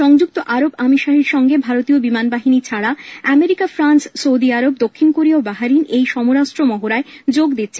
সংযুক্ত আরব আমিরশাহীর সঙ্গে ভারতীয় বিমানবাহিনী ছাড়াও আমেরিকা ফ্রান্স সৌদি আরব দক্ষিণ কোরিয়া ও বাহ্রিন এই সমরাস্ত্র মহড়ায় যোগ দিচ্ছে